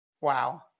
Wow